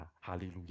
hallelujah